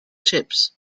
chips